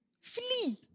flee